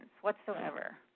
whatsoever